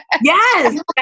Yes